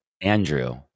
Andrew